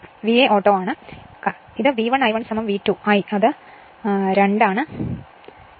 ഇത് VA auto ആണ് കാരണം ഇത് V1 I1 V2 I രണ്ട് ആണ്